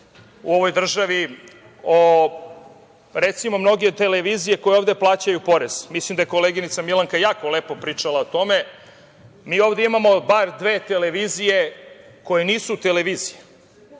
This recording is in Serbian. u ovoj državi o, recimo, mnoge televizije koje ovde plaćaju porez. Mislim da je koleginica Milanka jako lepo pričala o tome. Mi ovde imamo bar dve televizije koje nisu televizije.